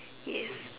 yes